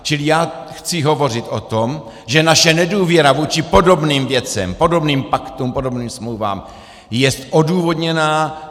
Čili já chci hovořit o tom, že naše nedůvěra vůči podobným věcem, podobným paktům, podobným smlouvám jest odůvodněná.